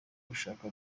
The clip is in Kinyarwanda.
gushaka